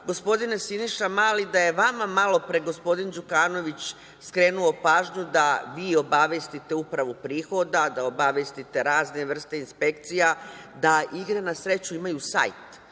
gospodine Siniša Mali, da je vama malopre gospodin Đukanović skrenuo pažnju da vi obavestite upravu prihoda, da obavestite razne vrste inspekcija da igre na sreću imaju sajt